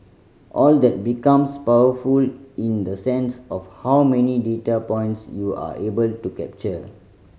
all that becomes powerful in the sense of how many data points you are able to capture